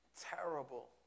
terrible